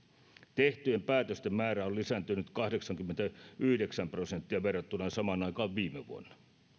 tehtyjen päätösten määrä on lisääntynyt kahdeksankymmentäyhdeksän prosenttia verrattuna samaan aikaan viime vuonna